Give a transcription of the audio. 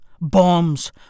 bombs